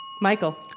Michael